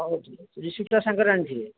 ହଉ ଠିକ୍ ଅଛି ରିସିପ୍ଟଟା ସାଙ୍ଗରେ ଆଣିଥିବେ